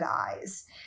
eyes